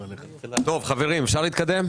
חברים, אפשר להתקדם?